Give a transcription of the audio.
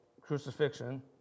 crucifixion